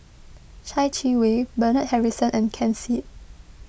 Chai Yee Wei Bernard Harrison and Ken Seet